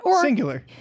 Singular